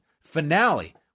finale